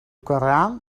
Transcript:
koran